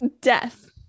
Death